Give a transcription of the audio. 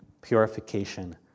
purification